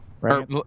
right